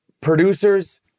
producers